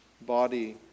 body